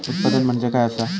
उत्पादन म्हणजे काय असा?